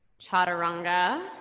Chaturanga